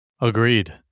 Agreed